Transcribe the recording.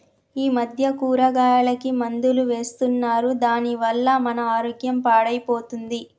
ఈ మధ్య కూరగాయలకి మందులు వేస్తున్నారు దాని వల్ల మన ఆరోగ్యం పాడైపోతుంది